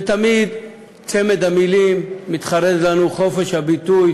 ותמיד צמד המילים מתחרז לנו, חופש הביטוי